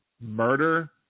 murder